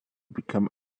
become